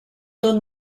tot